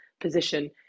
position